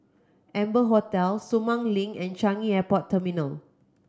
Amber Hotel Sumang Link and Changi Airport Terminal